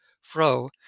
fro